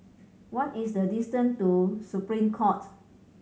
what is the distance to Supreme Court